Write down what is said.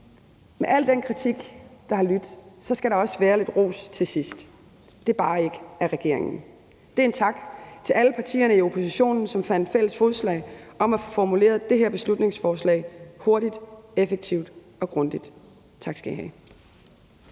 Med al den kritik, der har lydt, skal der også være lidt ros til sidst, bare ikke af regeringen. Det er en tak til alle partierne i oppositionen, som fandt fælles fodslag om at formulere det her beslutningsforslag hurtigt, effektivt og grundigt. Tak skal I have.